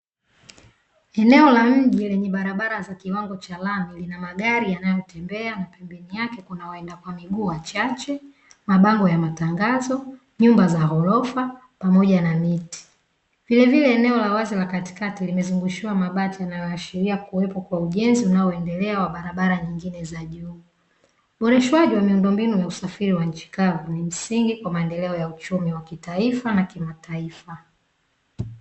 Eneo la mji lenye barabara za kiwango cha lami, lina magari yanayotembea na pembeni yake kuna waenda kwa miguu wachache, mabango ya matangazo, nyumba za ghorofa pamoja na miti. Vilevile, eneo la wazi la katikati limezungushiwa mabati, linaloashiria kuwepo kwa ujenzi unaoendelea wa barabara nyingine za juu. Uboreshaji wa miundombinu na usafiri wa nchi kavu ni msingi kwa maendeleo ya uchumi ya mataifa na kimataifa.